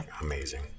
Amazing